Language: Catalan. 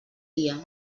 dia